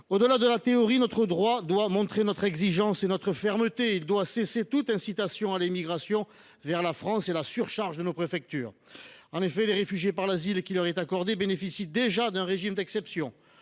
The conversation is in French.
Au delà de la théorie, notre droit doit refléter notre exigence et notre fermeté. On doit faire cesser toute incitation à l’émigration vers la France et alléger la surcharge qui pèse sur nos préfectures. En effet, les réfugiés, par l’asile qui leur est accordé, bénéficient déjà d’un régime d’exception.